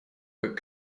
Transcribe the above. как